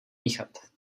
míchat